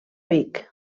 vic